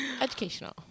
Educational